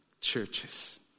churches